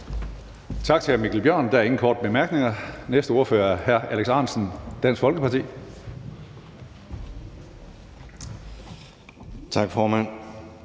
Tak til hr. Mikkel Bjørn. Der er ingen korte bemærkninger. Den næste ordfører er hr. Alex Ahrendtsen, Dansk Folkeparti. Kl.